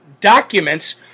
documents